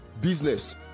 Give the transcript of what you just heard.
business